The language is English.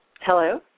Hello